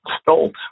stolt